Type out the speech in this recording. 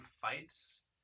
fights